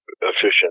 efficient